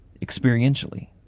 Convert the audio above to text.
experientially